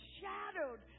shadowed